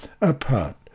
apart